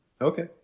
Okay